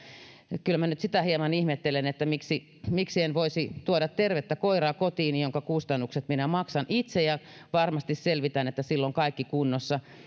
kyllä minä nyt sitä hieman ihmettelen että miksi miksi en voisi tuoda kotiini tervettä koiraa jonka kustannukset minä maksan itse ja kun varmasti selvitän että sillä on kaikki kunnossa